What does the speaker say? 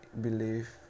believe